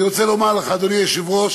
אני רוצה לומר לך, אדוני היושב-ראש,